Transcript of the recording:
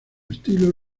estilo